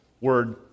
word